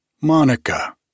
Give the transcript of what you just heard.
Monica